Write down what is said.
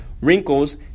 wrinkles